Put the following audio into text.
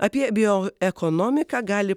apie bioekonomiką gali